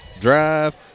drive